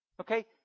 Okay